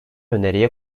öneriye